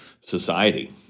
society